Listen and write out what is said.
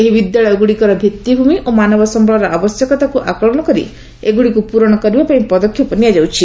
ଏହି ବିଦ୍ୟାଳୟଗୁଡିକର ଭିଭିମି ଓ ମାନବ ସମ୍ୟଳର ଆବଶ୍ୟକତାକୁ ଆକଳନ କରି ଏଗୁଡିକୁ ପ୍ରରଣ କରିବାପାଇଁ ପଦକ୍ଷେପ ନିଆଯାଉଛି